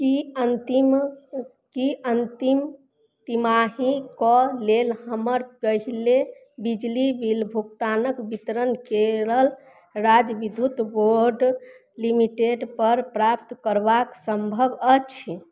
की अन्तिम की अन्तिम तिमाही कऽ लेल हमर पहिले बिजली बिल भुगतानक वितरण केरल राज्य विधुत बोर्ड लिमिटेड पर प्राप्त करबाक सम्भब अछि